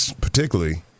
particularly